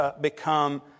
become